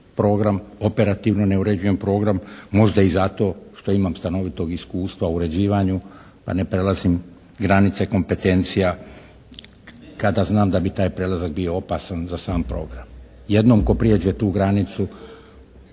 program, operativno ne uređujem program možda i zato što imam stanovitog iskustva u uređivanju pa ne prelazim granice kompetencija kada znam da bi taj prelazak bio opasan za taj program. Jednom tko prijeđe tu granicu